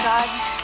God's